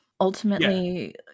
Ultimately